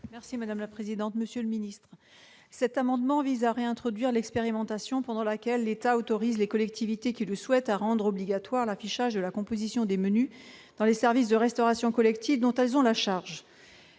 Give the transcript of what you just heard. : La parole est à Mme Angèle Préville. Cet amendement vise à réintroduire l'expérimentation aux termes de laquelle l'État autorise les collectivités qui le souhaitent à rendre obligatoire l'affichage de la composition des menus dans les services de restauration collective dont elles ont la charge.